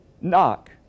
Knock